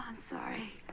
um sorry.